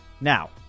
Now